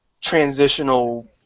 transitional